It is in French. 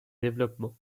développement